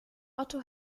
otto